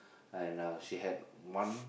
and uh she had one